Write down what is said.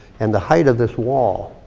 and the height of this wall.